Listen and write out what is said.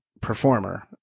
performer